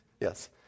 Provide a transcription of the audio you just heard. Yes